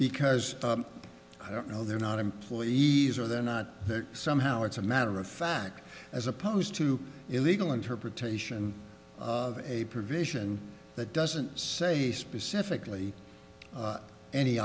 because i don't know they're not employed easer they're not there somehow it's a matter of fact as opposed to illegal interpretation of a provision that doesn't say specifically a